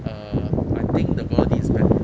uh I think the quality is bet~